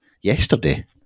yesterday